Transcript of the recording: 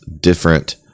different